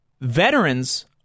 veterans